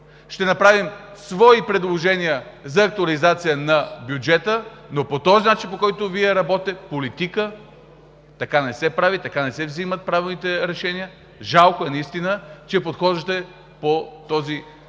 ще направим свои предложения за актуализация на бюджета. По този начин, по който Вие работите, политика не се прави, така не се взимат правилните решения. Жалко наистина, че подхождате по този доста